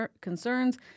concerns